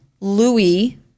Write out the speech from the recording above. Louis